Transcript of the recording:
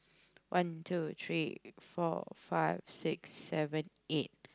one two three four five six seven eight